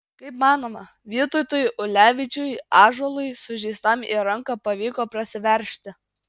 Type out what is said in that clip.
kaip manoma vytautui ulevičiui ąžuolui sužeistam į ranką pavyko prasiveržti